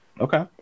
Okay